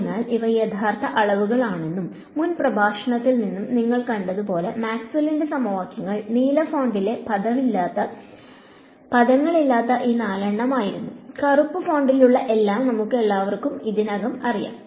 അതിനാൽ ഇവ യഥാർത്ഥ അളവുകളാണെന്നും മുൻ പ്രഭാഷണത്തിൽ നിന്ന് നിങ്ങൾ കണ്ടത് പോലെ മാക്സ്വെല്ലിന്റെ സമവാക്യങ്ങൾ നീല ഫോണ്ടിലെ പദങ്ങളില്ലാതെ ഈ നാലെണ്ണമായിരുന്നു കറുപ്പ് ഫോണ്ടിലുള്ള എല്ലാം നമുക്കെല്ലാവർക്കും ഇതിനകം അറിയാം